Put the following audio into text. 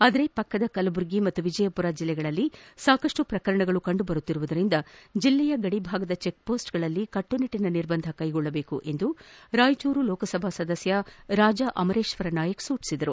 ಆದರೆ ಪಕ್ಕದ ಕಲಬುರಗಿ ಮತ್ತು ವಿಜಯಪುರ ಜಿಲ್ಲೆಗಳಲ್ಲಿ ಸಾಕಷ್ಟು ಪ್ರಕರಣಗಳು ಕಂಡುಬರುತ್ತಿರುವುದರಿಂದ ಜಿಲ್ಲೆಯ ಗಡಿಭಾಗದ ಚೆಕ್ಮೋಸ್ಟ್ಗಳಲ್ಲಿ ಕಟ್ಟುನಿಟ್ಟಿನ ನಿರ್ಬಂಧ ಕೈಗೊಳ್ಳದೇಕು ಎಂದು ರಾಯಚೂರು ಲೋಕಸಭಾ ಸದಸ್ಯ ರಾಜಾ ಅಮರೇಶ್ವರ ನಾಯಕ್ ಸೂಚಿಸಿದರು